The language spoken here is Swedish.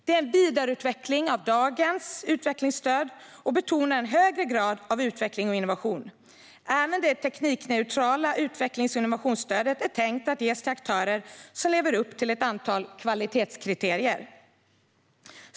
Det är en vidareutveckling av dagens utvecklingsstöd och betonar en högre grad av utveckling och innovation. Även det teknikneutrala utvecklings och innovationsstödet är tänkt att ges till aktörer som lever upp till ett antal kvalitetskriterier.